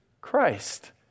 Christ